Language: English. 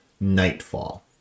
Nightfall